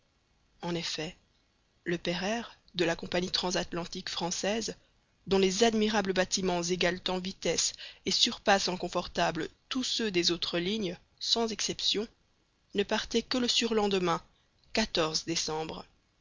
en effet le pereire de la compagnie transatlantique française dont les admirables bâtiments égalent en vitesse et surpassent en confortable tous ceux des autres lignes sans exception ne partait que le surlendemain décembre